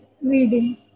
reading